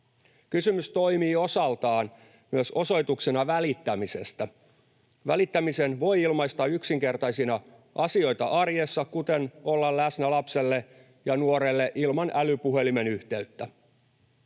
Kysymys toimii osaltaan myös osoituksena välittämisestä. Välittämisen voi ilmaista yksinkertaisina asioina arjessa, kuten olemalla läsnä lapselle ja nuorelle ilman älypuhelimen yhteyttä.